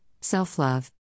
self-love